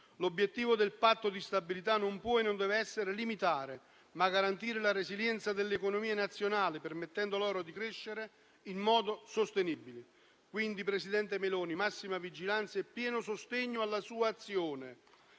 L'obiettivo del Patto di stabilità non può e non deve essere limitare, ma deve garantire la resilienza delle economie nazionali, permettendo loro di crescere in modo sostenibile. Quindi, presidente Meloni, massima vigilanza e pieno sostegno alla sua azione,